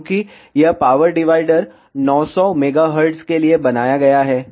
चूंकि यह power divider 900 MHz के लिए बनाया गया है